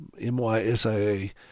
M-Y-S-I-A